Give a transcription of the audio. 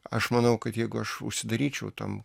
aš manau kad jeigu aš užsidaryčiau tam